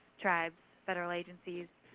tribes, federal agencies,